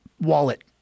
wallet